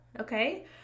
Okay